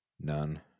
None